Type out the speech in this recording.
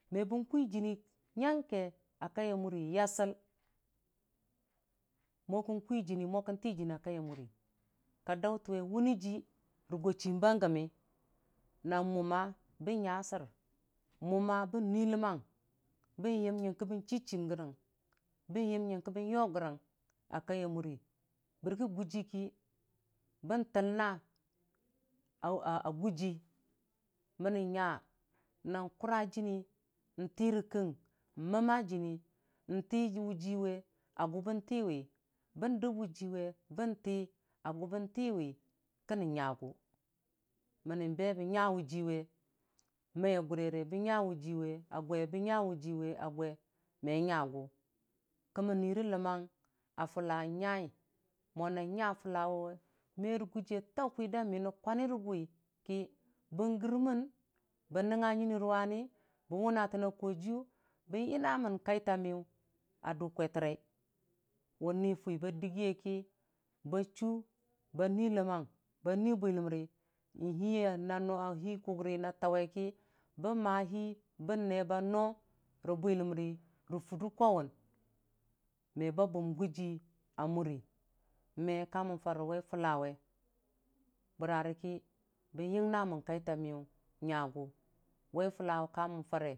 Me bin kwi jiini nyangke a kaya muro yasol mo kə kwi jiini, mo kon tii jonniya kai ya muro ka daukuwe wʊni jii ro go chimba gommi na mu bon nya sor numa bon nyi ləmmang bon yəm yingkə bən chi- chim rə gə, bənyəm ying ko bon yo gərə a kai muri bərkə guji ki bən təlna a gujii mənni nya nan kʊra dənni n'tii rəgəng məmma jənni n'tii wʊji we a gʊ bon tiwi bə dəm wʊji we, bəntii a gʊ bən tiiwi kənəng nyagʊ mənni bən be bən nya wʊjiiwe maiya gʊrere, bən nya wʊ jiiwe a gwe bon nya wʊ jii we gwe me nyagʊ kəmmən nui ləmmang a fʊlla nya mo nan nya fula we merə gujii a taukwida miyənrə kwani rəgʊ ki bən gərmon bon nongnga nuini ruwani bən wʊna tona koji yʊ bon yiina mən kai ta miltu a dʊ kwetə rai wʊ ni fʊwi ba dəgiye ki ba chə, ba nui ləmmang ba nui bwilamri n'hina nʊ hii kʊkri na tʊwi ji bən maa hii bon ne ba ro bwiləmri rə furdo kwiwʊn meba bʊm gʊjii a muri, me ka mən fare waifullawe bərarəki bən yingnamən kai ta miyu nyagʊ.